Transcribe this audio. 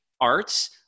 arts